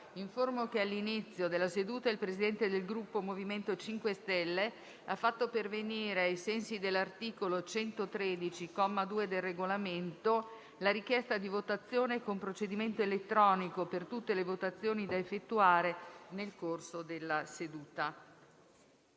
che all'inizio della seduta il Presidente del Gruppo MoVimento 5 Stelle ha fatto pervenire, ai sensi dell'articolo 113, comma 2, del Regolamento, la richiesta di votazione con procedimento elettronico per tutte le votazioni da effettuare nel corso della seduta.